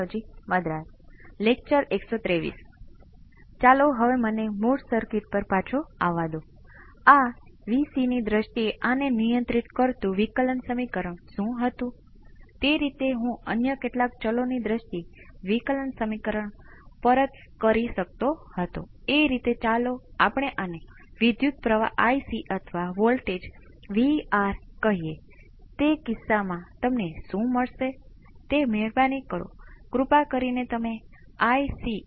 પછી ફરીથી મને V c મળે છે પરંતુ ખરેખર હું સર્કિટમાં પણ અન્ય કોઈ ચલ શોધી શકું છું હું હંમેશા આ ખૂબ જ સરળ સર્કિટનો ઉપયોગ ઉદાહરણ તરીકે કરીશ કારણ કે આપણે બીજગણિતને ઇચ્છાથી વધારે કરવા માંગતા નથી હું જે કરવાનો પ્રયાસ કરી રહ્યો છું તે પરંતુ આ પ્રક્રિયામાં અન્ય વસ્તુઓનો પણ ઉપયોગ કરી શકાય છે જેમકે એક્સ્પોનેંસિયલ માટે